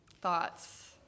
Thoughts